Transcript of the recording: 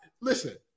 listen